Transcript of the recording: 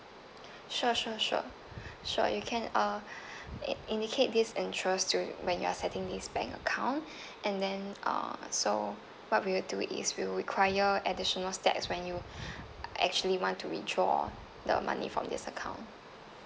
sure sure sure sure you can uh i~ indicate this interest to when you're setting this bank account and then uh so what we'll do is we'll require additional steps when you actually want to withdraw the money from this account